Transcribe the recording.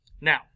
Now